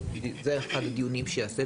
זה אחד מהדיונים שייעשו,